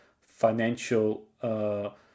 financial